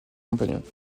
compagnons